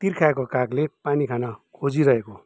तिर्खाएको कागले पानी खान खोजिरहेको